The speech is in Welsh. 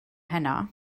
heno